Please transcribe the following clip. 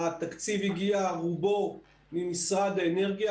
התקציב הגיע רובו ממשרד האנרגיה.